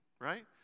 right